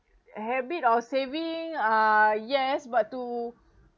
habit of saving uh yes but to